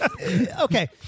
Okay